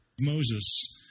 Moses